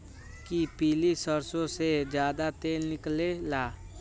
कि पीली सरसों से ज्यादा तेल निकले ला?